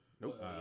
Nope